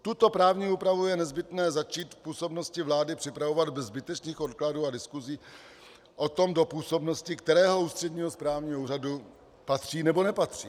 Tuto právní úpravu je nezbytné začít v působnosti vlády připravovat bez zbytečných odkladů a diskusí o tom, do působnosti kterého ústředního správního úřadu patří nebo nepatří.